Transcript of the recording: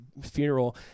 funeral